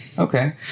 Okay